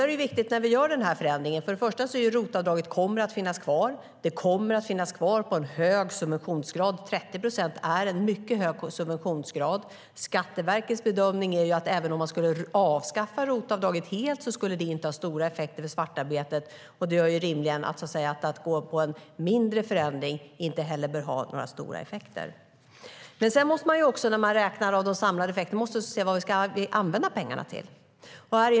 Nu gör vi en förändring. Först och främst kommer ROT-avdraget att finnas kvar, och det kommer att finnas kvar med en hög subventionsgrad. 30 procent är ju en mycket hög subventionsgrad. Skatteverkets bedömning är att även om man skulle avskaffa ROT-avdraget helt skulle det inte ha stora effekter på svartarbetet, och det gör rimligen att en mindre förändring inte bör ha några stora effekter. När man räknar på de samlade effekterna måste man också se vad vi ska använda pengarna till.